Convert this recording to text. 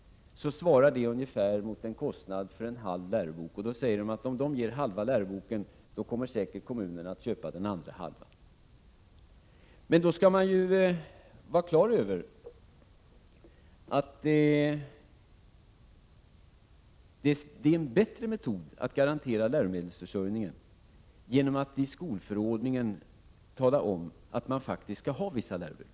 Det motsvarar ungefär halva kostnaden för en lärobok. Om staten ger bidrag till halva läroboken, säger centern, kommer kommunerna säkert att stå för den andra halvan. Men man skall ha klart för sig att det är en bättre metod att garantera läromedelförsörjningen genom att i skolförordningen tala om att skolorna faktiskt skall ha vissa läroböcker.